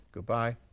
Goodbye